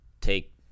Take